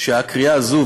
שהקריאה הזו,